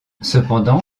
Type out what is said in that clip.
cependant